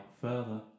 further